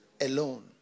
alone